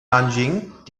nanjing